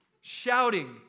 shouting